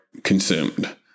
consumed